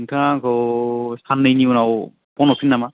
नोंथाङा आंखौ साननैनि उनाव फन हरफिन नामा